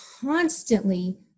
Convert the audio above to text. constantly